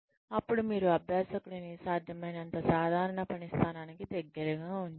అప్పుడు మీరు అభ్యాసకుడిని సాధ్యమైనంత సాధారణ పని స్థానానికి దగ్గరగా ఉంచండి